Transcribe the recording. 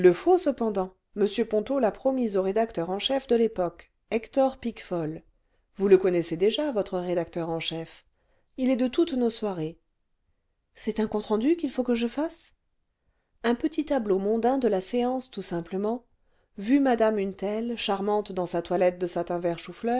cependant m ponto l'a promis au rédacteur en chef de y epoque hector piquefol vous le connaissez déjà votre rédacteur en chef il est de toutes nos soirées c'est un compte rendu qu'il faut que je fasse un petit tableau mondain de la séance tout simplement vu madame une telle charmante dans sa toilette de satin vert